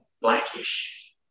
Blackish